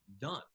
done